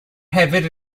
hefyd